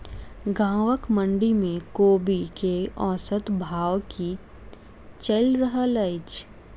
गाँवक मंडी मे कोबी केँ औसत भाव की चलि रहल अछि?